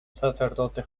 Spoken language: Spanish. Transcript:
sacerdotes